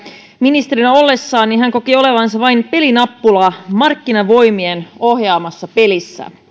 ministerinä ollessaan hän koki olevansa vain pelinappula markkinavoimien ohjaamassa pelissä